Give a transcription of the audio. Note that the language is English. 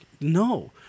No